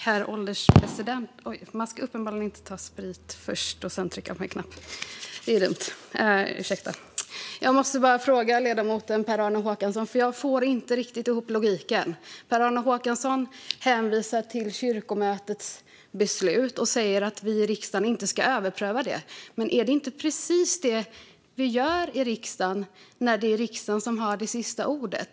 Herr ålderspresident! Jag måste ställa en fråga till ledamoten Per-Arne Håkansson. Jag får inte riktigt ihop logiken. Per-Arne Håkansson hänvisar till kyrkomötets beslut och säger att vi i riksdagen inte ska överpröva det. Men är det inte precis det vi gör i riksdagen när det är riksdagen som har det sista ordet?